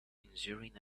injuring